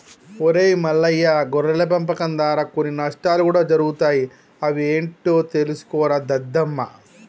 ఒరై మల్లయ్య గొర్రెల పెంపకం దారా కొన్ని నష్టాలు కూడా జరుగుతాయి అవి ఏంటో తెలుసుకోరా దద్దమ్మ